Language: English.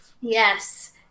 Yes